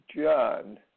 John